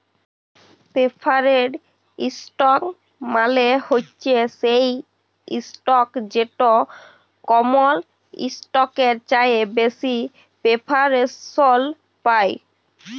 perforated ইসটক মালে হছে সেই ইসটক যেট কমল ইসটকের চাঁঁয়ে বেশি পেরফারেলস পায়